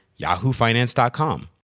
yahoofinance.com